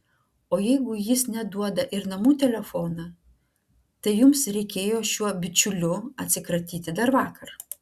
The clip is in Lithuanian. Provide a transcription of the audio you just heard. o jeigu jis neduoda ir namų telefono tai jums reikėjo šiuo bičiuliu atsikratyti dar vakar